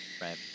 Right